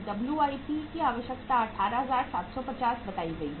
WIP WIP की आवश्यकता 18750 बताई गई है